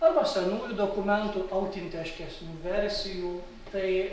arba senųjų dokumentų autinteškesnių versijų tai